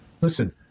Listen